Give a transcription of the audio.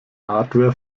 hardware